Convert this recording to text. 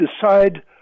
decide